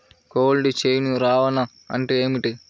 Cold chain రవాణా అంటే ఏమిటీ?